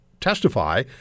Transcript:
testify